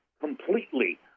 completely